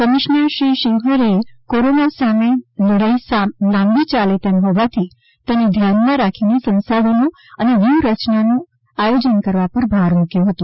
commissioner Shri શિવલહેરીએ corona સામેની લડાઇ લાંબી ચાલે તેમ હોવાથી તેને ધ્યાનમાં રાખીને સંસાધનો અને વ્યૂહરચનાનું આયોજન કરવા પર ભાર મૂક્યો હતો